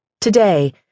Today